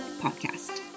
podcast